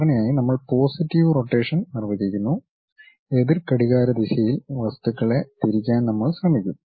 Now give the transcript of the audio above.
സാധാരണയായി നമ്മൾ positive rotation നിർവചിക്കുന്നു എതിർ ഘടികാരദിശയിൽ വസ്തുക്കളെ തിരിക്കാൻ നമ്മൾ ശ്രമിക്കും